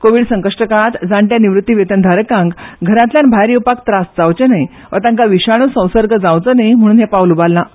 कोवीड संकश्ट काळांत जाण्ट्या निवृत्त वेतनधारकांक घरांतल्यान भायर येवपाक त्रास जावचे न्हय वा तांकां विशाणू संसर्ग जावचो न्हय म्हूण हें पावल उबारलां